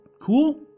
cool